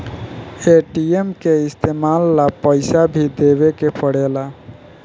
ATM के इस्तमाल ला पइसा भी देवे के पड़ेला